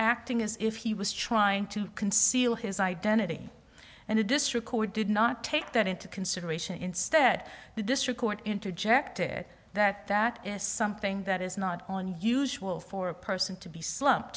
acting as if he was trying to conceal his identity and a district court did not take that into consideration instead the district court interjected that that is something that is not on usual for a person to be slump